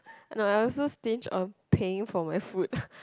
no I also stinge on paying for my food